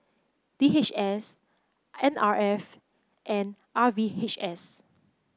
D H S N R F and R V H S